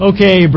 Okay